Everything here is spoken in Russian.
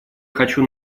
хочу